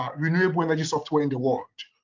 um renewable energy software in the world.